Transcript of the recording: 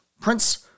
Prince